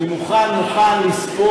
אני מוכן לספוג,